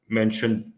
mentioned